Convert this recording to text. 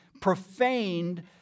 profaned